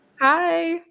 Hi